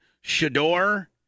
Shador